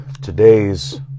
today's